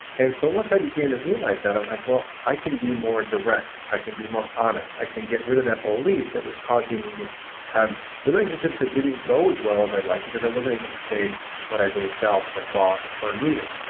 and so once i began to realize that, i was like well, i can be more direct. i can be more honest. i can get rid of that belief that was causing me to have relationships that didn't go as well as i'd like because i wasn't able to say what i really felt or thought or needed.